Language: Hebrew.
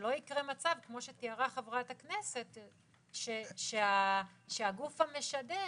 שלא יקרה מצב כמו שתיארה חברת הכנסת, שהגוף המשדר